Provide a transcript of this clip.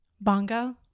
Bongo